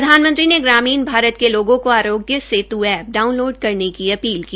प्रधानमंत्री ने ग्रामीण भारत के लोगों को आरोग्य सेतु एप्प डाउनलोड करने की अपील भी की